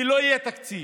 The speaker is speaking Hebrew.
כי לא יהיה תקציב.